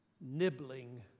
nibbling